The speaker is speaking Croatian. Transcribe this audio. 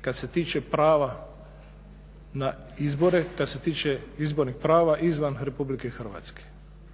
kad se tiče prava na izbore, kad se tiče izbornih prava izvan RH.